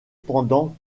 pendant